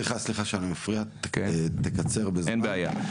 סליחה שאני מפריע, תקצר בזמן.